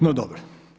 No dobro.